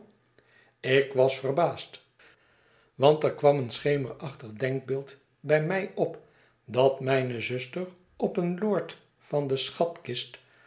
ik was verbaasd want er kwam een schemerachtig denkmijne zuster is hoog van geest beeld bij mij op dat mijne zuster op een lord van de schatkist